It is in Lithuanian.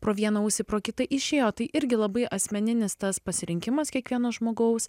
pro vieną ausį pro kitą išėjo tai irgi labai asmeninis tas pasirinkimas kiekvieno žmogaus